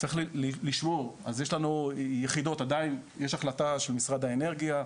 צריך לשמור, עדיין יש החלטה של משרד האנרגיה,